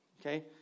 Okay